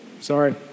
sorry